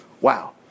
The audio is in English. Wow